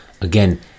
again